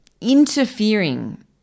Interfering